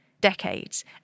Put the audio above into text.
decades